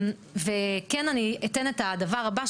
כן אני אתן את הדבר הבא,